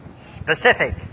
specific